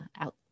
out